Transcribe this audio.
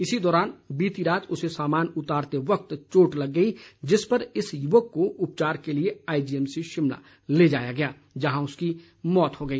इसी दौरान बीती रात उसे सामान उतारते वक्त चोट लग गई जिस पर इस युवक को उपचार के लिए आईजीएमसी शिमला ले जाया गया जहां इसकी मौत हो गई